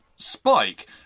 Spike